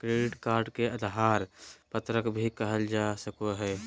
credit card के उधार पत्रक भी कहल जा सको हइ